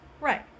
Right